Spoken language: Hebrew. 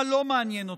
מה לא מעניין אותו.